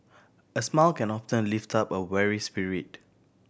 a smile can often lift up a weary spirit